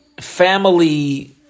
family